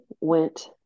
went